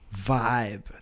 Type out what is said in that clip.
vibe